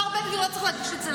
השר בן גביר לא צריך להגיש את זה,